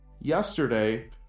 yesterday